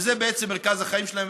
וזה בעצם מרכז החיים שלהם.